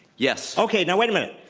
yes. okay, now, wait a minute.